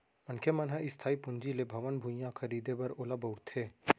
मनखे मन ह इस्थाई पूंजी ले भवन, भुइयाँ खरीदें बर ओला बउरथे